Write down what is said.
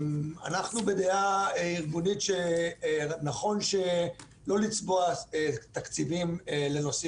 אנחנו בדעה ארגונית שנכון לא לצבוע תקציבים לנושאים